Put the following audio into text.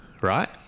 right